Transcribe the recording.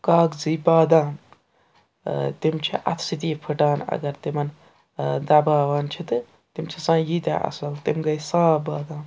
کاغذی بادام تِم چھِ اَتھٕ سۭتی پھٕٹان اگر تِمَن دَباوان چھِ تہٕ تِم چھِ آسان ییٖتیاہ اَصٕل تِم گٔے صاف بادام